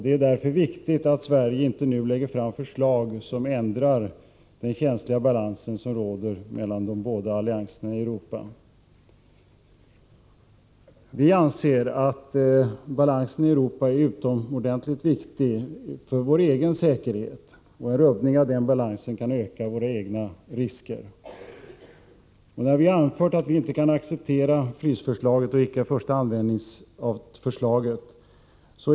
Det är därför viktigt att Sverige nu inte lägger fram förslag som ändrar den känsliga balans som råder mellan de båda allianserna i Europa. Vi anser att balansen i Europa är utomordentligt viktig för vår egen säkerhet. En rubbning av den balansen kan öka våra egna risker. Det är just därför som vi har anfört att vi inte kan acceptera frysförslaget och inte heller icke-förstaanvändningsförslaget.